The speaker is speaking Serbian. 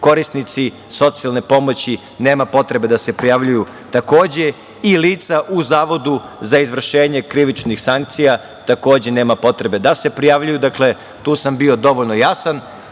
Korisnici socijalne pomoći nema potrebe da se prijavljuju, takođe i lica u Zavodu za izvršenje krivičnih sankcija, takođe nema potrebe da se prijavljuju. Dakle, tu sam bio dovoljno jasan.